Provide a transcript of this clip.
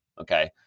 okay